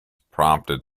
prompted